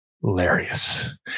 hilarious